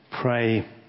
pray